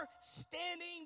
standing